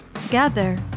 Together